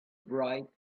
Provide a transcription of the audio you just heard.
bright